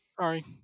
sorry